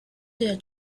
their